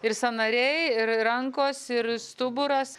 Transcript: ir sąnariai ir rankos ir stuburas